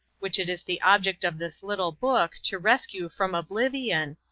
which it is the object of this little book to rescue from oblivion,